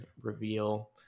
reveal